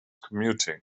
commuting